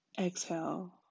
Exhale